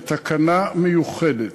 בתקנה מיוחדת,